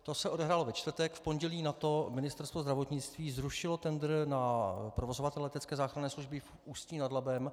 To se odehrálo ve čtvrtek, v pondělí nato Ministerstvo zdravotnictví zrušilo tendr na provozovatele letecké záchranné služby v Ústí nad Labem.